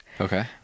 Okay